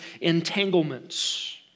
entanglements